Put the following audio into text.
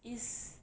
is